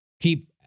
Keep